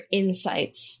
insights